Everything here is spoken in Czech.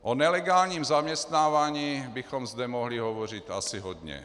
O nelegálním zaměstnávání bychom zde mohli hovořit asi hodně.